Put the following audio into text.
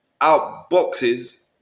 outboxes